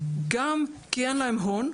גם כי אין להם הון,